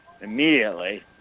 immediately